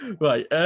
Right